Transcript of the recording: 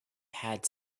had